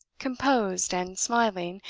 composed, and smiling,